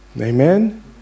Amen